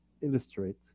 illustrate